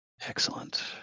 Excellent